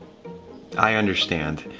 i understand.